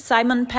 Simon